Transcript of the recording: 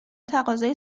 تقاضای